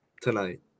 tonight